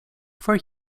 for